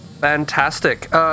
Fantastic